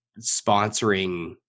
sponsoring